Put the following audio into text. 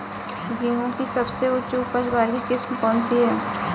गेहूँ की सबसे उच्च उपज बाली किस्म कौनसी है?